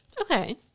Okay